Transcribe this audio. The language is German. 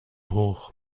hoch